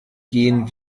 gehen